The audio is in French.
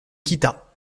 quitta